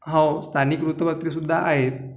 हां स्थानिक वृत्तपत्रे सुध्दा आहेत